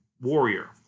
warrior